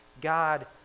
God